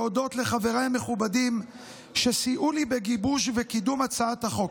ברצוני להודות לחבריי המכובדים שסייעו לי בגיבוש וקידום הצעת החוק,